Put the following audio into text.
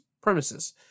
premises